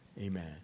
Amen